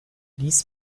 lies